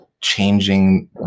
changing